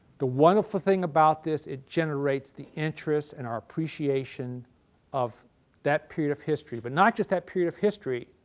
the wonderful thing about this, it generates the interest and our appreciation of that period of history, but not just that period of history.